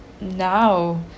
now